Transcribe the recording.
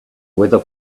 weather